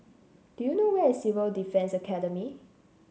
do you know where is Civil Defence Academy